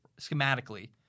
schematically